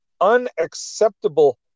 unacceptable